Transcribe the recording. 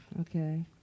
Okay